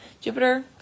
Jupiter